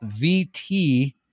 VT